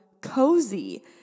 cozy